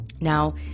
Now